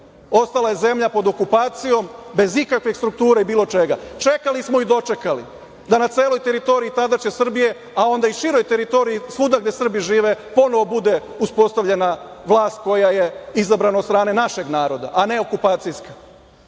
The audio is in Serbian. Ostala je zemlja pod okupacijom bez ikakve strukture i bilo čega. Čekali smo i dočekali, da na celoj teritoriji tadašnje Srbije, a onda i široj teritoriji Srbi gde svuda žive, ponovo bude uspostavljena vlast koja je izabrana od strane našeg naroda, a ne okupacijska. Isto